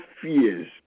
fears